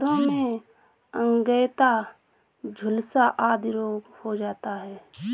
पौधों में अंगैयता, झुलसा आदि रोग हो जाता है